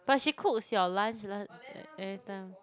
but she cooks your lunch lunch like everytime